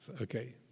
okay